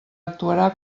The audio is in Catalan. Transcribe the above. actuarà